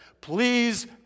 please